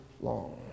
long